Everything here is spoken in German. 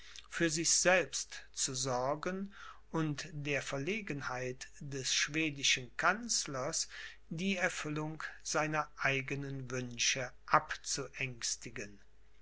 für sich selbst zu sorgen und der verlegenheit des schwedischen kanzlers die erfüllung seiner eigenen wünsche